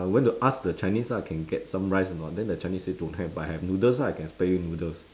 went to ask the chinese lah can get some rice or not then the chinese say don't have but I have noodles lah I can spare you noodles